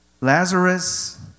Lazarus